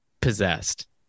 possessed